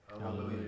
Hallelujah